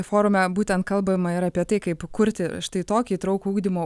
forume būtent kalbama ir apie tai kaip kurti štai tokį įtraukų ugdymo